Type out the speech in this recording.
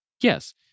Yes